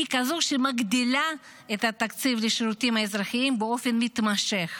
היא כזו שמגדילה את התקציב לשירותים האזרחיים באופן מתמשך.